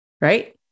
right